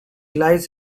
lies